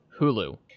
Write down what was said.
Hulu